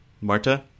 Marta